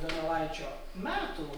donelaičio metų